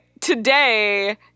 today